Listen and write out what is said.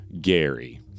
Gary